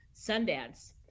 Sundance